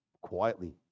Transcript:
quietly